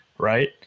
Right